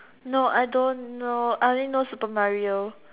no I don't know I only know Super Mario